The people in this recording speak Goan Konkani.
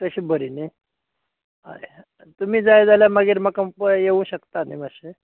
तशें बरें न्हय हय तुमी जाय जाल्यार मागीर म्हाका पळय येवूं शकता न्हय मातशें